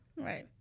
Right